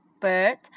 bird